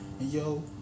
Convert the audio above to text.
yo